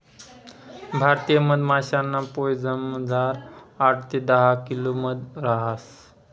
भारतीय मधमाशासना पोयामझार आठ ते दहा किलो मध रहास